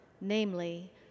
namely